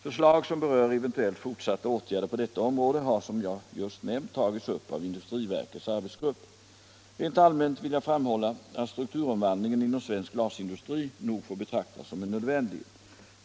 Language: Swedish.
Förslag som berör eventuella fortsatta åtgärder på detta område har, som jag just nämnt, tagits upp av industriverkets arbetsgrupp. Rent allmänt vill jag framhålla att strukturomvandlingen inom svensk glasindustri nog får betraktas som en nödvändighet.